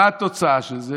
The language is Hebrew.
מה התוצאה של זה?